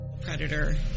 predator